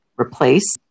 replace